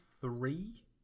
three